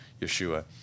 Yeshua